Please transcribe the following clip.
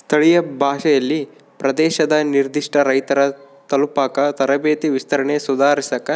ಸ್ಥಳೀಯ ಭಾಷೆಯಲ್ಲಿ ಪ್ರದೇಶದ ನಿರ್ಧಿಷ್ಟ ರೈತರ ತಲುಪಾಕ ತರಬೇತಿ ವಿಸ್ತರಣೆ ಸುಧಾರಿಸಾಕ